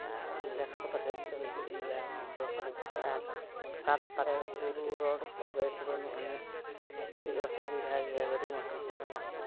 ᱟᱨ ambulance ᱠᱚᱫᱚ ᱦᱮᱡ ᱫᱚ ᱦᱤᱡᱩᱜ ᱜᱮᱭᱟ ᱚᱱᱟ ᱵᱮᱥ ᱨᱳᱰ ᱛᱮ ᱟᱨ ᱚᱱᱠᱟ ᱫᱚ ᱛᱟᱞᱮ ᱵᱩᱨᱩ ᱨᱳᱰ ᱠᱚ ᱵᱮᱥ ᱵᱟᱹᱱᱩᱜ ᱟᱹᱱᱤᱡ ᱚᱥᱩᱵᱤᱫᱷᱟ ᱜᱮᱭᱟ ᱜᱟᱹᱰᱤ ᱢᱚᱴᱚᱨ ᱠᱚᱨᱮᱱᱟᱜ ᱫᱚ